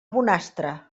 bonastre